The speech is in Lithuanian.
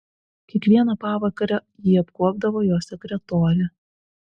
kiekvieną pavakarę jį apkuopdavo jo sekretorė